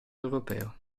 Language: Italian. europeo